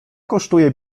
kosztuje